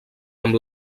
amb